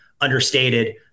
understated